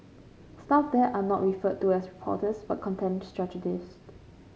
staff there are not referred to as porters but content strategists